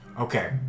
Okay